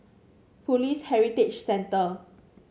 Police Heritage Center